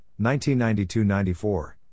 1992-94